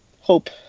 hope